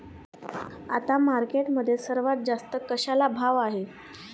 आता मार्केटमध्ये सर्वात जास्त कशाला भाव आहे?